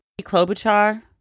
Klobuchar